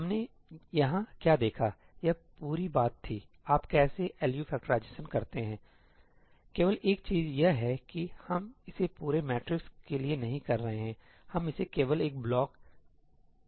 हमने यहाँ क्या देखायह पूरी बात थी कि आप कैसे एलयू फैक्टराइजेशन करते हैं ठीककेवल एक चीज यह है कि हम इसे पूरे मैट्रिक्स के लिए नहीं कर रहे हैं हम इसे केवल एक ब्लॉक के लिए कर रहे हैं